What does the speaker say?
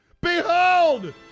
Behold